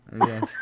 Yes